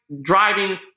driving